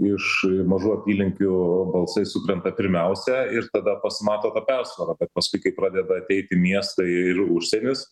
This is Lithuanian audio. iš mažų apylinkių balsai sukrenta pirmiausia ir tada pasimato ta persvara bet paskui kai pradeda ateiti miestai ir užsienis